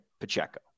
Pacheco